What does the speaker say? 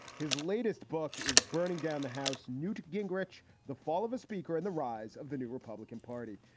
his latest book is burning down the house. newt gingrich, the fall of a speaker and the rise of the new republican party.